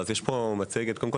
קודם כול,